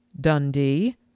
Dundee